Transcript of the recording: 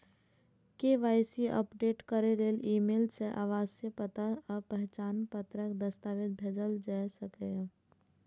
KYC update करै लेल email सं आवासीय पता आ पहचान पत्रक दस्तावेज भेजल जा सकैए